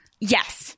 yes